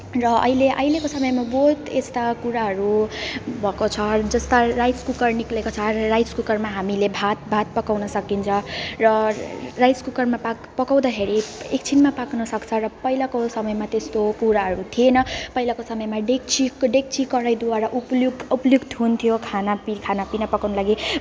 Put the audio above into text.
र अहिले अहिले समयमा बहुत यस्ता कुराहरू भएको छ जस्ता राइस कुकर निक्लेको छ र राइस कुकरमा हामीले भात भात पकाउन सकिन्छ र राइस कुकरमा पा पकाउँदाखेरि एकछिनमा पाक्नसक्छ र पहिलाको समयमा त्यस्तो कुराहरू थिएन पहिलाको समयमा डेक्ची डेक्ची कराहीद्वारा उपलुक उपयुक्त हुन्थ्यो खाना पि खानापिना पकाउन लागि